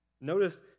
Notice